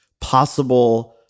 possible